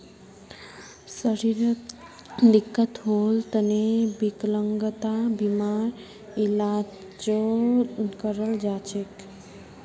शरीरत दिक्कत होल तने विकलांगता बीमार इलाजो कराल जा छेक